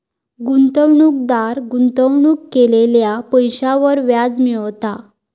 गुंतवणूकदार गुंतवणूक केलेल्या पैशांवर व्याज मिळवता